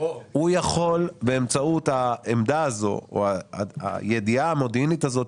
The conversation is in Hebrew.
הוא יכול באמצעות העמדה הזאת או הידיעה המודיעינית הזאת,